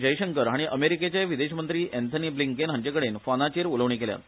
जयशंकर हांणी अमेरिकेचे विदेश मंत्री अँथनी ब्लिंकेन हांचे कडेन फोनाचेर उलोवणीं केल्यात